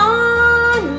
on